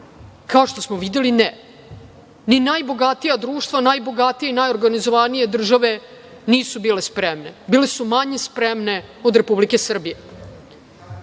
Kao što smo videli - ne. Ni najbogatija društva, ni najorganizovanije države nisu bile spremne, bile su manje spremne od Republike Srbije. Mi